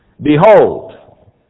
behold